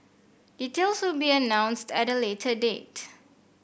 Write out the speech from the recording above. details will be announced at a later date